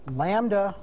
lambda